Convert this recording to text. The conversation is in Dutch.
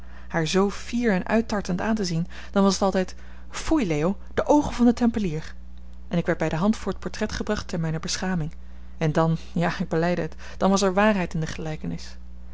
haar zoo fier en uittartend aan te zien dan was t altijd foei leo de oogen van den tempelier en ik werd bij de hand voor t portret gebracht te mijner beschaming en dan ja ik belijde het dan was er waarheid in de gelijkenis